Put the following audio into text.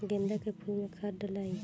गेंदा फुल मे खाद डालाई?